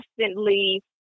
constantly